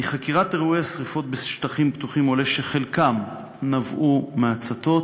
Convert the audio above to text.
מחקירת אירועי שרפות בשטחים פתוחים עולה שחלקן נבעו מהצתות,